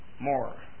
more